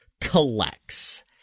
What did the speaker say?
collects